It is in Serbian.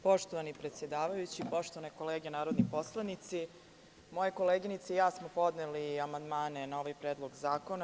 Poštovani predsedavajući, poštovane kolege narodni poslanici, moje koleginice i ja smo podneli amandmane na ovaj predlog zakona.